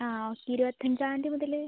ആ ഓ ഇരുപത്തി അഞ്ചാം തീയതി മുതൽ